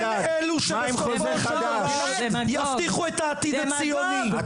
הם אלו שבסופו של דבר יבטיחו את העתיד הציוני,